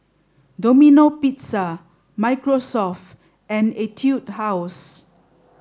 Domino Pizza Microsoft and Etude House